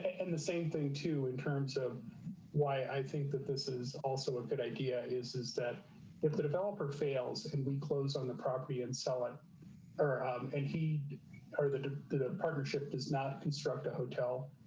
and the same thing to in terms of why i think that this is also a good idea is, is that if the developer fails and we close on the property and sell it or um and he heard the the partnership does not construct a hotel.